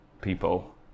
people